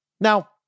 Now